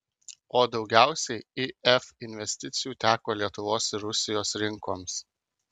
o daugiausiai if investicijų teko lietuvos ir rusijos rinkoms